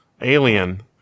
Alien